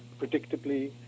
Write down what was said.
predictably